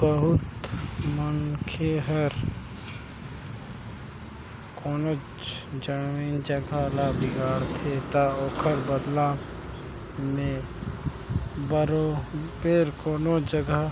बहुत मनखे हर कोनो जमीन जगहा ल बिगाड़थे ता ओकर बलदा में बरोबेर कोनो जगहा